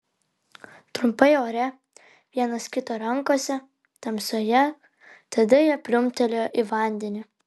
trumpai ore vienas kito rankose tamsoje tada jie pliumptelėjo į vandenį